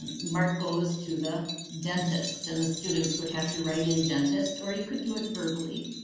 and mark goes to the dentist. and the students would have to write in dentist or you could do it verbally.